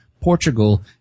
Portugal